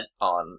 on